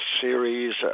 series